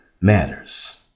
Matters